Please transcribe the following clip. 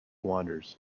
wanders